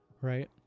Right